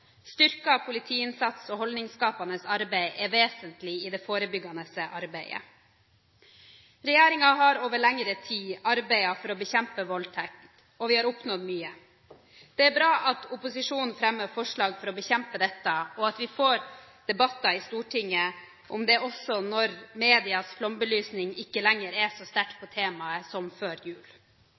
Styrket politiinnsats og holdningsskapende arbeid er vesentlig i det forebyggende arbeidet. Regjeringen har over lengre tid arbeidet for å bekjempe voldtekt, og vi har oppnådd mye. Det er bra at opposisjonen fremmer forslag for å bekjempe dette, og at vi får debatter i Stortinget om det også når medias flombelysning ikke lenger er så sterkt på temaet som før jul.